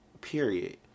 Period